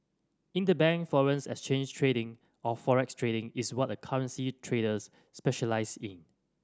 interbank foreign exchange trading or forex trading is what a currency traders specialise in